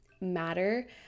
matter